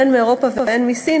הן מאירופה והן מסין,